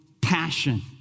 passion